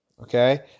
okay